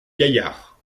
gaillard